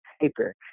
paper